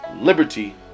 Liberty